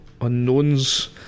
unknowns